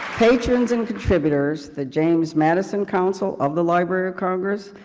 patrons and contributors, the james madison counsel of the library of congress,